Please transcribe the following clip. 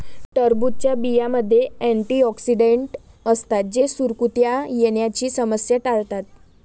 टरबूजच्या बियांमध्ये अँटिऑक्सिडेंट असतात जे सुरकुत्या येण्याची समस्या टाळतात